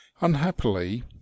unhappily